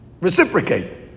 reciprocate